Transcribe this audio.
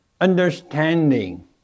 understanding